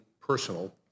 personal